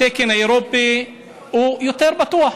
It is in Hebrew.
התקן האירופי הוא יותר בטוח,